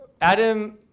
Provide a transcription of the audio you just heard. Adam